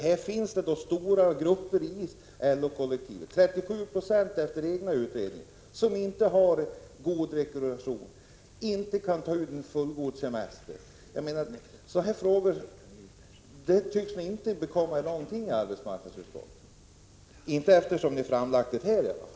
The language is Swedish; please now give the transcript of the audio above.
Det finns stora grupper i LO-kollektivet — 37 26 enligt egna utredningar — som inte har en god rekreation, inte kan ta ut en fullgod semester. Men sådana saker tycks inte bekomma er i arbetsmarknadsutskottet — i varje fall inte såvitt man kan se av det här betänkandet.